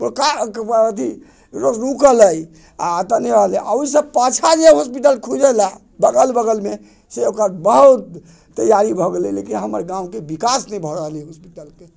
ओ कार्य अछि रूकल अछि आ ओहि सॅं पाछाँ जे हॉस्पिटल खुजल है बगल बगलमे से से ओकर बहुत तैयारी भऽ गेलै लेकिन हमर गाँवके विकास नहि भऽ रहल अछि हॉस्पिटलके